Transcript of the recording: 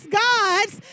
gods